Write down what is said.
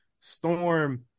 Storm